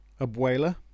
abuela